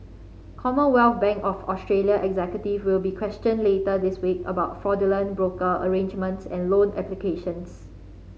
Commonwealth Bank of Australia executives will be questioned later this week about fraudulent broker arrangements and loan applications